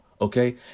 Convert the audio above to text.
okay